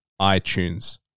iTunes